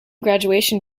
graduation